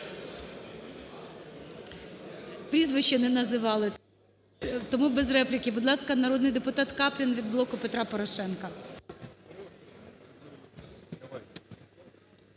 Прізвища не називали, тому без репліки. Будь ласка, народний депутат Каплін від "Блоку Петра Порошенка".